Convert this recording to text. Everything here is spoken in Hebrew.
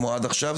כמו עד עכשיו,